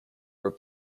were